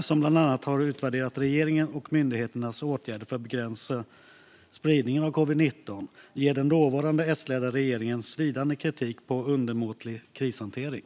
som bland annat har utvärderat regeringens och myndigheternas åtgärder för att begränsa spridningen av covid-19, ger den dåvarande S-ledda regeringen svidande kritik för undermålig krishantering.